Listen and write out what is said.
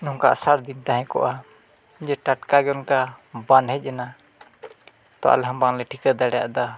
ᱱᱚᱝᱠᱟ ᱟᱥᱟᱲ ᱫᱤᱱ ᱛᱟᱦᱮᱸ ᱠᱚᱜᱼᱟ ᱡᱮ ᱴᱟᱴᱠᱟᱜᱮ ᱱᱚᱝᱠᱟ ᱵᱟᱱ ᱦᱮᱡ ᱮᱱᱟ ᱛᱚ ᱟᱞᱮᱦᱚᱸ ᱵᱟᱝᱞᱮ ᱴᱷᱤᱠᱟᱹ ᱫᱟᱲᱮᱭᱟᱫᱟ